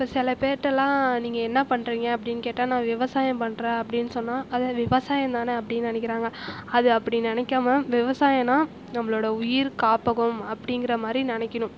இப்போ சில பேர்ட்டெலாம் நீங்கள் என்ன பண்ணுறீங்க அப்படின்னு கேட்டால் நான் விவசாயம் பண்ணுறேன் அப்படின்னு சொன்னால் அது விவசாயம் தானே அப்படின்னு நினைக்கிறாங்க அது அப்படி நினைக்காமல் விவசாயம் நான் நம்மளோடய உயிர் காப்பகம் அப்படிங்கிற மாதிரி நினைக்கணும்